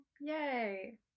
Yay